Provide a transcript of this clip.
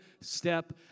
step